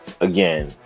again